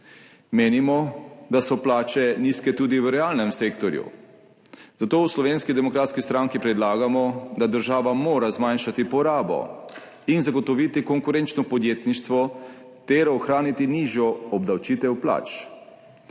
Menimo, da so plače nizke tudi v realnem sektorju, zato v Slovenski demokratski stranki predlagamo, da naj država zmanjša porabo in zagotovi konkurenčno podjetništvo ter ohrani nižjo obdavčitev plač.